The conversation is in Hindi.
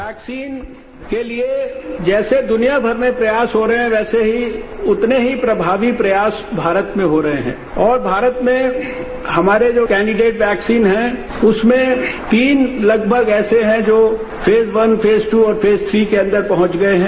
वैक्सीन के लिए जैसे दुनियामर में प्रयास हो रहे हैं वैसे ही उतने ही प्रभावी प्रयास भारत में हो रहे हैं और भारत में हमारे जो कैंडिर्डेट वैक्सीन हैं उसमें तीन लगभग ऐसे हैं जो फेस वन फेस दू और फेस थी के अंदर पहुंच गए हैं